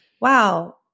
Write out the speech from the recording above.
Wow